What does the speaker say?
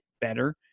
better